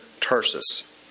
Tarsus